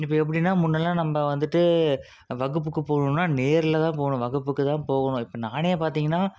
இப்போ எப்படின்னா முன்னெல்லாம் நம்ம வந்துட்டு வகுப்புக்கு போகணுன்னா நேரில் தான் போகணும் வகுப்புக்கு தான் போகணும் நானே பார்த்திங்கன்னா